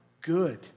good